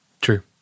true